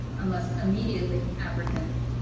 unless immediately apprehended.